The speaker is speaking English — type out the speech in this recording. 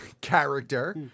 character